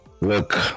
look